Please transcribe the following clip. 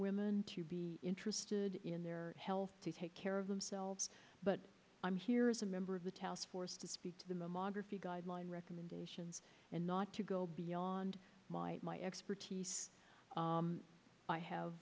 women to be interested in their health to take care of themselves but i'm here as a member of the task force to speak to the mammography guideline recommendations and not to go beyond my expertise i have